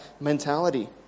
mentality